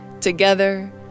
Together